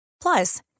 Plus